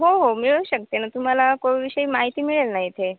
हो हो मिळू शकते ना तुम्हाला कोविडविषयी माहिती मिळेल ना इथे